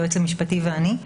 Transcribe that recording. היועץ המשפטי ואני.